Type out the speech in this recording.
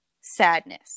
sadness